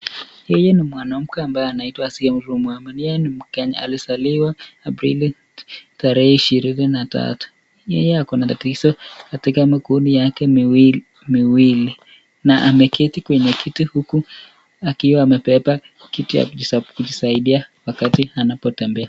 Huyu ni mwanamke ambaye anaitwa Asiya Sururu. Yeye ni Mkenya alizaliwa Aprili tarehe ishirini na tatu. Yeye ako na tatizo katika mguu wake miwili miwili na ameketi kwenye kiti huku akiwa amebeba kitu ya kujisaidia wakati anapotembea.